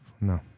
No